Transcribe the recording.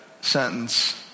sentence